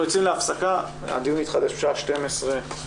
הישיבה ננעלה בשעה 11:45.